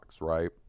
right